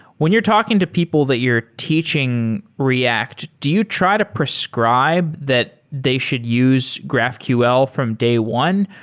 when you're talking to people that you're teaching react, do you try to prescribe that they should use graphql from day one?